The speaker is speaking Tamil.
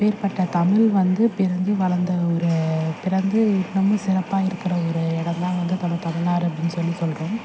அப்பேற்பட்ட தமிழ் வந்து பிறந்து வளர்ந்த ஒரு பிறந்து இன்னுமே சிறப்பாக இருக்கிற ஒரு இடந்தான் வந்து நம்ம தமிழ்நாடு அப்படின் சொல்லி சொல்கிறோம்